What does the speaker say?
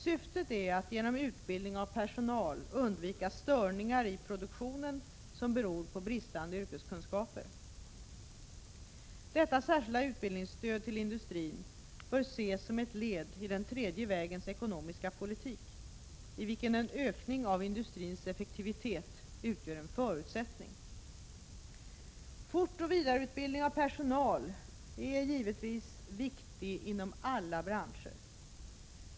Syftet är att genom utbildning av personal undvika störningar i produktionen som beror på bristande yrkeskunskaper. Detta särskilda utbildningsstöd till industrin bör ses som ett led i den tredje vägens ekonomiska politik, i vilken en ökning av industrins effektivitet utgör en förutsättning. Fortoch vidareutbildning av personal är givetvis viktig inom alla branscher.